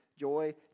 Joy